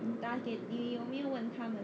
打给你有没有问他们